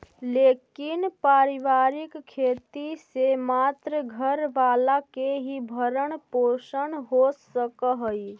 लेकिन पारिवारिक खेती से मात्र घर वाला के ही भरण पोषण हो सकऽ हई